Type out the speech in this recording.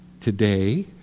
today